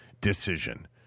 decision